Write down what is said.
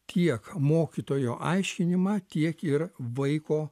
tiek mokytojo aiškinimą tiek ir vaiko